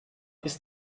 ist